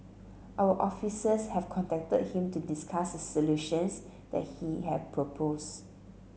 our officers have contacted him to discuss the solutions that he has propose